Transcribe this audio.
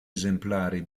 esemplari